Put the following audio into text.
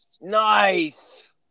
Nice